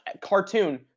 cartoon